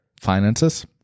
finances